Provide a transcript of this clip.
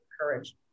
courage